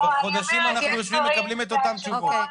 כבר חודשים אנחנו מקבלים את אותן תשובות.